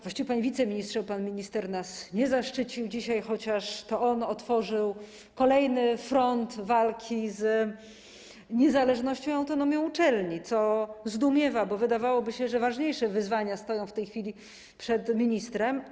Właściwie: panie wiceministrze, bo pan minister nas dzisiaj nie zaszczycił, chociaż to on otworzył kolejny front walki z niezależnością, z autonomią uczelni, co zdumiewa, bo, wydawałoby się, ważniejsze wyzwania stoją w tej chwili przed ministrem.